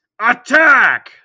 Attack